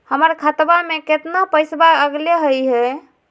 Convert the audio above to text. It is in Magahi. हमर खतवा में कितना पैसवा अगले हई?